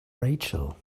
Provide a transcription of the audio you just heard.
rachel